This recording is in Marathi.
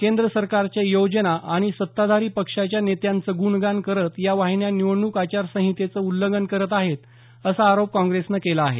केंद्र सरकारच्या योजना आणि सत्ताधारी पक्षाच्या नेत्यांचं ग्णगान करत या वाहिन्या निवडणूक आचार संहितेचं उल्लंघन करत आहेत अस्ना आरोप काँग्रेसनं केला आहे